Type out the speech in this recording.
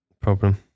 problem